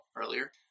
earlier